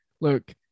Look